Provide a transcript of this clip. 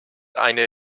eine